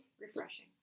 Refreshing